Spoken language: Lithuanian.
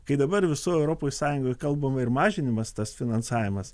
kai dabar visoj europoj sąjungoj kalbama ir mažinimas tas finansavimas